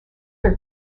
were